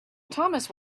thomas